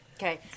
okay